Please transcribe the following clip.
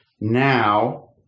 Now